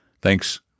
Thanks